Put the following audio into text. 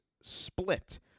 split